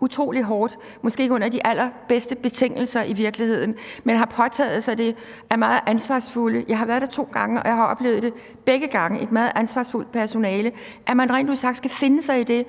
virkeligheden ikke under de allerbedste betingelser, men de har påtaget sig det og er meget ansvarsfulde – jeg har været der to gange, og jeg har oplevet det begge gange: et meget ansvarsfuldt personale – rent ud sagt skal finde sig i det.